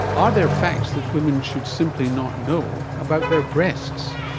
are there facts that women should simply not know about their breasts?